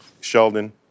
Sheldon